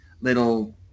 little